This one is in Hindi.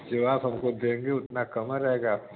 जो आप हमको देंगे उतना कम ही रहेगा